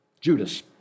Judas